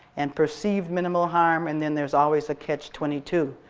and perceived minimal harm and then there's always a catch twenty two.